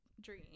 Dream